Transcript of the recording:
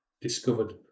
discovered